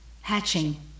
hatching